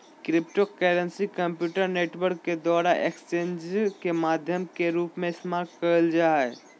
cryptocurrency computer network के द्वारा exchanges के माध्यम के रूप में इस्तेमाल कइल जा हइ